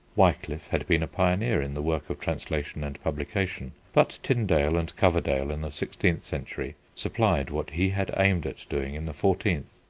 wiclif had been a pioneer in the work of translation and publication, but tyndale and coverdale in the sixteenth century supplied what he had aimed at doing in the fourteenth.